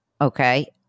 okay